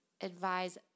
advise